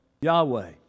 Yahweh